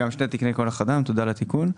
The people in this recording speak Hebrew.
תודה על התיקון.